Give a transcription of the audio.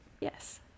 yes